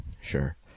Sure